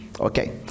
okay